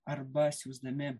arba siųsdami